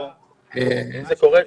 אם זה קורה,